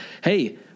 hey